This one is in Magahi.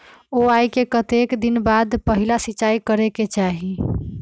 बोआई के कतेक दिन बाद पहिला सिंचाई करे के चाही?